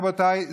רבותיי,